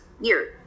year